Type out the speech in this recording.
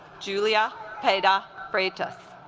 julia hey de freitas